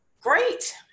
great